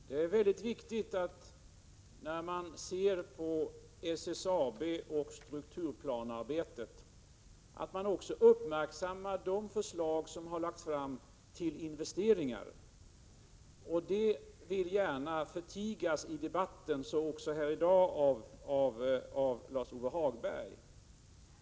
Fru talman! Det är väldigt viktigt att man, när man ser på strukturplansarbetet inom SSAB, också uppmärksammar att det framlagts förslag till investeringar. Detta vill man gärna förtiga i olika debatter — det vill Lars-Ove Hagberg också göra i dag.